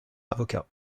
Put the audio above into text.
avocat